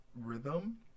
Rhythm